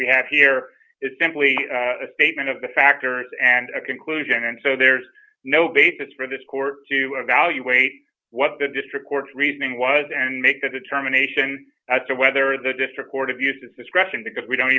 we have here is simply a statement of the factors and a conclusion and so there's no basis for this court to evaluate what the district court reasoning was and make the determination as to whether the district court of use is discretion because we don't